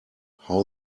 how